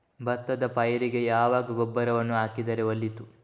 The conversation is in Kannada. ಭತ್ತದ ಪೈರಿಗೆ ಯಾವಾಗ ಗೊಬ್ಬರವನ್ನು ಹಾಕಿದರೆ ಒಳಿತು?